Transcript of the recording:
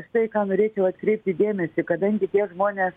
štai į ką norėčiau atkreipti dėmesį kadangi tie žmonės